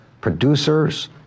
Producers